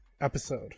episode